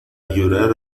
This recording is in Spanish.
llorar